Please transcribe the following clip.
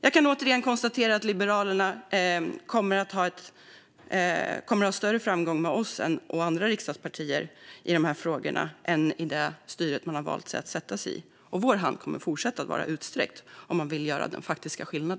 Jag kan åter konstatera att Liberalerna kommer att ha större framgång med oss och andra riksdagspartier i dessa frågor än i det styre man har valt att sätta sig i. Vår hand fortsätter att vara utsträckt om Liberalerna vill göra faktisk skillnad.